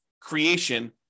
creation